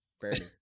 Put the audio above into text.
Barely